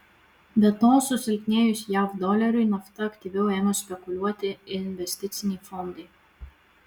be to susilpnėjus jav doleriui nafta aktyviau ėmė spekuliuoti investiciniai fondai